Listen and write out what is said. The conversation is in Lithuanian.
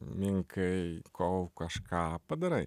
minkai kol kažką padarai